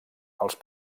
els